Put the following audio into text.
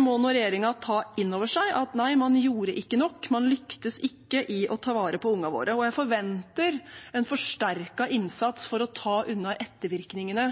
må nå ta inn over seg at man gjorde ikke nok, man lyktes ikke i å ta vare på ungene våre. Jeg forventer en forsterket innsats for å ta unna ettervirkningene